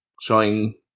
showing